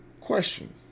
question